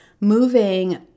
moving